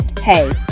Hey